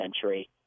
century